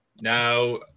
Now